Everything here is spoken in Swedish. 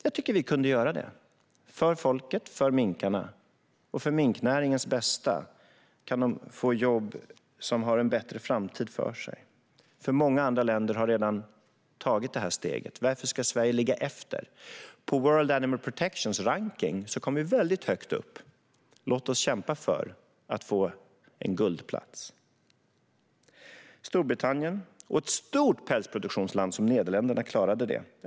Jag tycker att vi kunde göra det för folket, för minkarna och för minknäringens bästa. De kan få jobb som har en bättre framtid för sig. Många andra länder har redan tagit det steget. Varför ska Sverige ligga efter? På World Animal Protections rankning kommer vi väldigt högt upp. Låt oss kämpa för att få en guldplats. Storbritannien och ett stort pälsproduktionsland som Nederländerna klarade det.